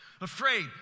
Afraid